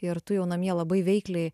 ir tu jau namie labai veikliai